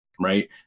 right